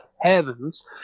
heavens